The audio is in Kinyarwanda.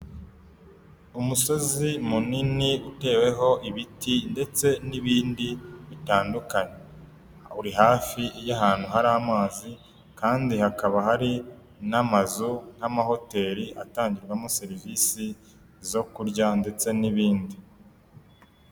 Umusozi munini uteweho ibiti ndetse n'ibindi bitandukanye, uri hafi y'ahantu hari amazi kandi hakaba hari n'amazu n'amahoteri atangirwamo serivisi zo kurya ndetse n'ibindi.